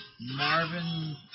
Marvin